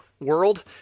World